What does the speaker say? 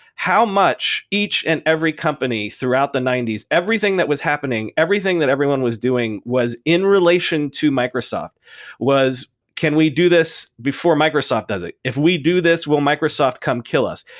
how much each and every company throughout the ninety s, everything that was happening, everything that everyone was doing was in relation to microsoft was can we do this before microsoft does it? if we do this, will microsoft come kill us?